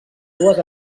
dues